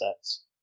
sets